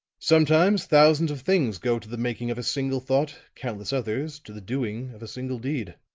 sometimes thousands of things go to the making of a single thought, countless others to the doing of a single deed.